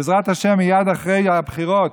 בעזרת השם מייד אחרי הבחירות